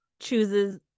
chooses